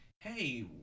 hey